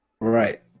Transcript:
right